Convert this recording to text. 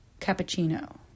cappuccino